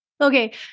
Okay